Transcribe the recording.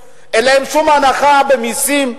אין להם שום הנחה במסים.